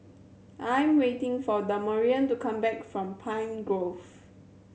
I am waiting for Damarion to come back from Pine Grove